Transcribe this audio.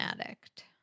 addict